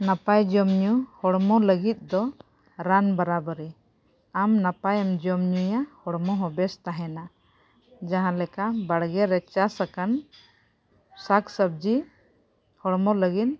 ᱱᱟᱯᱟᱭ ᱡᱚᱢ ᱧᱩ ᱦᱚᱲᱢᱚ ᱞᱟᱹᱜᱤᱫ ᱫᱚ ᱨᱟᱱ ᱵᱟᱨᱟᱵᱟᱨᱤ ᱟᱢ ᱱᱟᱯᱟᱭᱮᱢ ᱡᱚᱢ ᱧᱩᱭᱟ ᱦᱚᱲᱢᱚ ᱦᱚᱸ ᱵᱮᱥ ᱛᱟᱦᱮᱱᱟ ᱡᱟᱦᱟᱸ ᱞᱮᱠᱟ ᱵᱟᱲᱜᱮ ᱨᱮ ᱪᱟᱥ ᱟᱠᱟᱱ ᱥᱟᱠ ᱥᱚᱵᱽᱡᱤ ᱦᱚᱲᱢᱚ ᱞᱟᱹᱜᱤᱫ